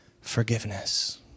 forgiveness